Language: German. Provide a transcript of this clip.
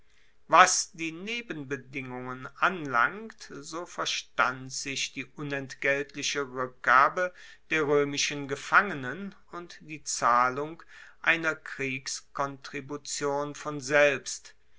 was die nebenbedingungen anlangt so verstand sich die unentgeltliche rueckgabe der roemischen gefangenen und die zahlung einer kriegskontribution von selbst